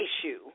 issue